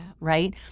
right